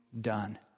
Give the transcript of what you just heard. done